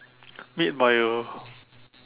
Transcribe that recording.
made by a